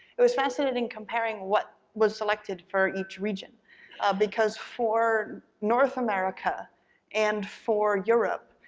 it was fascinating comparing what was selected for each region because for north america and for europe,